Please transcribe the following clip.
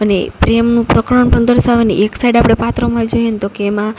અને પ્રેમનું પ્રકરણ પણ દર્શાવાની એક્સાઈડ આપડે પાત્રોમાં જોઈએ ને તો કે એમાં